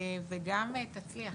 וגם תצליח.